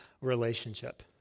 relationship